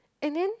and then